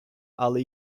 але